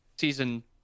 season